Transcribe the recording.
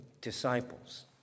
Disciples